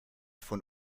von